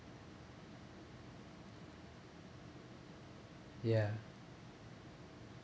ya